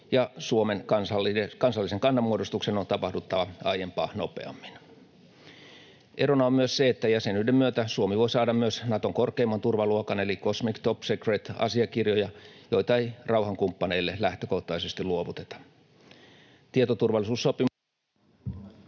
Suomen kansallisen kannanmuodostuksen on tapahduttava aiempaa nopeammin. Erona on myös se, että jäsenyyden myötä Suomi voi saada myös Naton korkeimman turvaluokan asiakirjoja eli cosmic top secret ‑asiakirjoja, joita ei rauhankumppaneille lähtökohtaisesti luovuteta. Tietoturvallisuussopimus…